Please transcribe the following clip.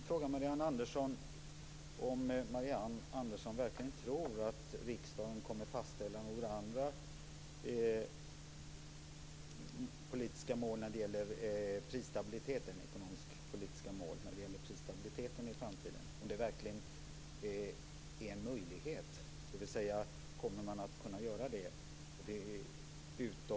Fru talman! Jag skulle vilja fråga Marianne Andersson om hon verkligen tror att riksdagen i framtiden kommer att kunna fastställa några ekonomiskpolitiska mål när det gäller prisstabiliteten vid sidan om dem som bestäms nere i EU. Är det verkligen en möjlighet? Kommer man att kunna göra det?